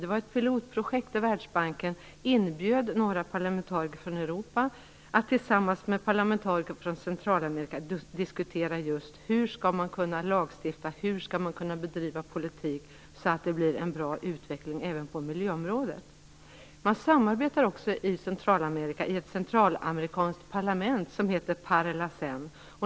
Det var fråga om ett pilotprojekt, och Världsbanken inbjöd några parlamentariker från Europa att tillsammans med parlamentariker från Centralamerika diskutera hur man skall kunna lagstifta och bedriva politik så att det blir en bra utveckling även på miljöområdet. Man bedriver samarbete i ett centralamerikanskt parlament som heter Parlacen.